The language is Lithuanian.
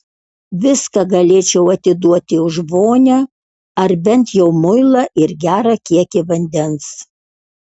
viską galėčiau atiduoti už vonią ar bent jau muilą ir gerą kiekį vandens